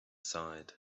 side